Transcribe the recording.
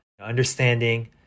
understanding